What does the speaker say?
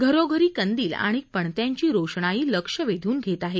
घरोघरी कंदील आणि पणत्यांची रोषणाई लक्ष वेधून घेत आहेत